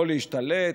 יכול להשתלט,